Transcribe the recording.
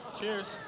Cheers